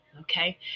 Okay